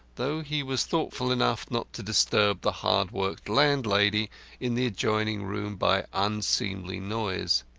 though he was thoughtful enough not to disturb the hard-worked landlady in the adjoining room by unseemly noise.